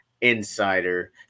insider